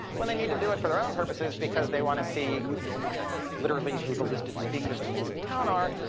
when they need to do it for their own purposes because they want to see literally who the listed speakers coming to town are,